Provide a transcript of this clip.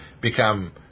become